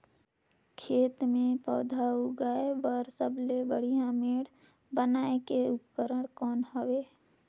खेत मे पौधा उगाया बर सबले बढ़िया मेड़ बनाय के उपकरण कौन हवे?